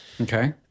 Okay